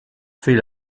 fait